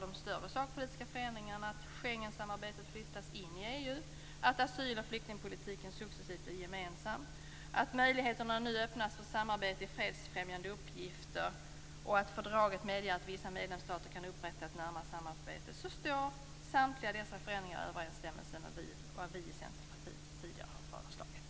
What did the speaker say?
De större sakpolitiska förändringarna - dvs. att Schengensamarbetet flyttas in i EU, att asyl och flyktingpolitiken successivt blir gemensam, att möjligheterna nu öppnas för samarbete i fredsfrämjande uppgifter och att fördraget medger att vissa medlemsstater kan upprätta ett närmare samarbete - står samtliga i överensstämmelse med vad Centerpartiet tidigare har föreslagit.